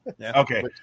okay